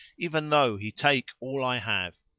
even though he take all i have.